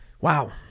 wow